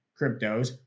cryptos